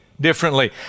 differently